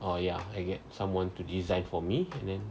oh ya I get someone to design for me then